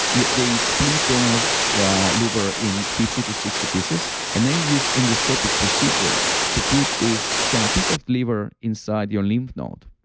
yeah they split donor's yeah liver in fifty to sixty pieces and they use endoscopic procedure to put this kind of piece of liver inside your lymph node.